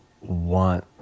want